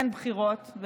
בין בחירות,